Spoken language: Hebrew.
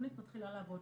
כשהתכנית מתחילה לעבוד.